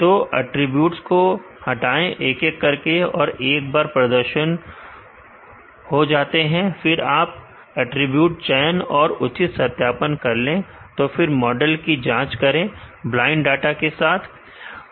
तो अटरीब्यूट्स को हटाए एक एक करके और एक बार प्रदर्शन को जाते हैं फिर आप अटरीब्यूट चयन और उचित सत्यापन कर ले तो फिर मॉडल की जांच करें ब्लाइंड डाटा के साथ समय देखें 2636